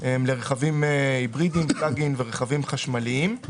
לרכבים היברידיים, פלאג אין ורכבים חשמליים.